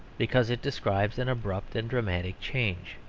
because it describes an abrupt and dramatic change.